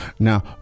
Now